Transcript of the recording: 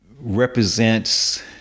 represents